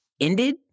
ended